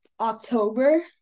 October